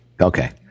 Okay